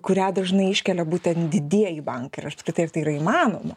kurią dažnai iškelia būtent didieji bankai ir ar apskritai tai yra įmanoma